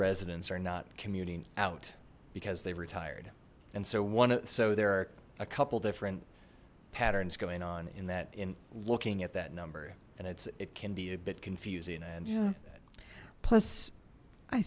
residents are not commuting out because they've retired and so one of there are a couple different patterns going on in that in looking at that number and it's it can be a bit confusing and plus i